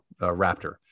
Raptor